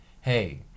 hey